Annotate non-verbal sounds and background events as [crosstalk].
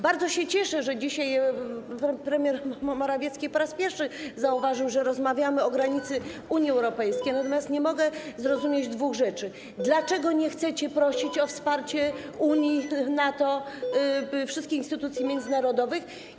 Bardzo się cieszę, że dzisiaj pan premier Morawiecki po raz pierwszy [noise] zauważył, że rozmawiamy o granicy Unii Europejskiej, natomiast nie mogę zrozumieć dwóch rzeczy: Dlaczego nie chcecie prosić o wsparcie Unii, NATO, wszystkich instytucji międzynarodowych?